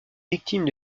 victimes